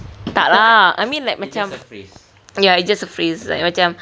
tak lah I mean like macam ya it's just a phrase like macam